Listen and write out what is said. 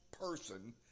person